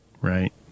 Right